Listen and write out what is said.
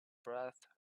breath